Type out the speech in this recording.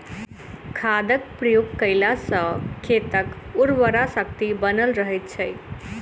खादक प्रयोग कयला सॅ खेतक उर्वरा शक्ति बनल रहैत छै